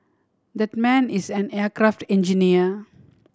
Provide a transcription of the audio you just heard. that man is an aircraft engineer